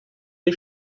die